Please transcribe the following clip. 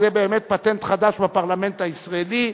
זה באמת פטנט חדש בפרלמנט הישראלי,